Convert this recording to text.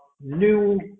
new